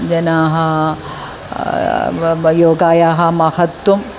जनाः योगायाः महत्वम्